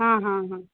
आं हां हां